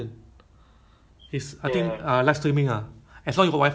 because right that time kan my friend kan